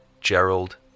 Gerald